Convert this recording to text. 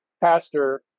Pastor